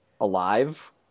alive